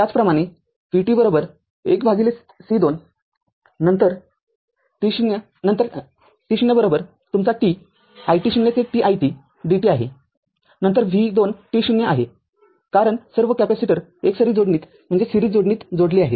त्याचप्रमाणे v२ १C२ नंतर t0 तुमचा t it0 ते t it dt आहेनंतर v२ t0 असे आहे कारण सर्व कॅपेसिटर एकसरी जोडणीत जोडले आहेत